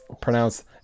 pronounced